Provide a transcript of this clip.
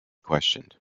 questioned